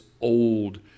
old